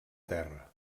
terra